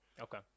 Okay